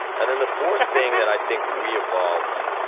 and then, the fourth thing, that i think we evolved